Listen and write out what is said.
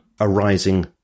arising